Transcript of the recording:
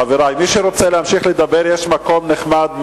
חברי, מי שרוצה להמשיך לדבר, יש מקום נחמד מאחור.